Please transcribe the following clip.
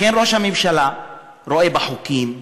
לכן ראש הממשלה רואה בחוקים,